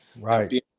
Right